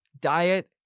diet